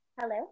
Hello